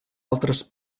altres